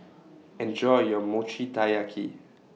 Enjoy your Mochi Taiyaki